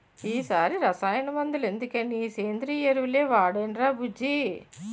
ఈ సారి రసాయన మందులెందుకని సేంద్రియ ఎరువులే వాడేనురా బుజ్జీ